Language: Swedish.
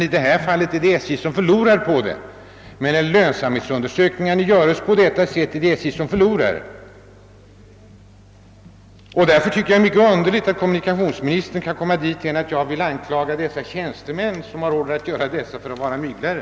I det här fallet förlorar emellertid SJ, eftersom lönsamhetsberäkningarna görs på detta sätt, och jag tycker det är mycket underligt att kommunikationsministern kan få det till att jag vill anklaga de tjänstemän som har order att utföra uppgiften för att vara myglare.